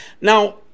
now